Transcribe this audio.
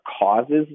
causes